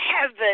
heaven